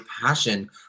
passion